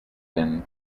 been